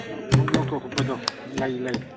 ꯝꯍꯨꯠ ꯃꯍꯨꯠꯀ ꯍꯨꯠꯄꯗꯣ ꯂꯩ ꯂꯩ